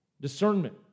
discernment